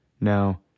Now